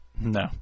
No